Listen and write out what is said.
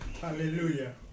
Hallelujah